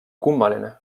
kummaline